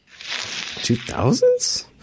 2000s